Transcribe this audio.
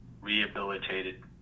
rehabilitated